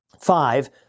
Five